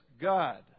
God